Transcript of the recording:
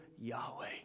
Yahweh